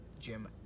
Jim